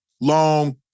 Long